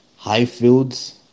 Highfields